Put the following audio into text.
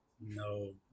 no